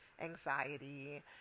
anxiety